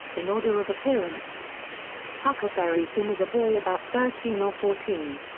in order of appearance huckleberry finn is a boy about thirteen or fourteen.